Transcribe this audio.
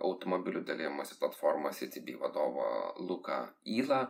automobilių dalijimosi platformos city bee vadovą luką ylą